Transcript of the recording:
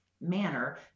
manner